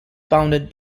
founded